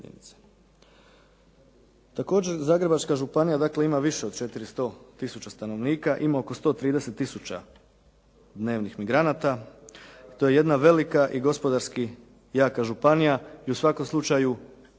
Također, Zagrebačka županija dakle ima više od 400000 stanovnika. Ima oko 130000 dnevnih migranata i to je jedna velika i gospodarski jaka županija i u svakom slučaju